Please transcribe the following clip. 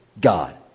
God